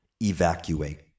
evacuate